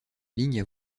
ligne